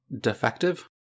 defective